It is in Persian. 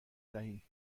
دهی